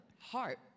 heart